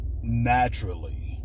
naturally